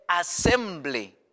assembly